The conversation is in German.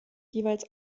jeweils